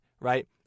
Right